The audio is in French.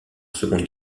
seconde